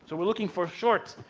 so we are looking for shorts.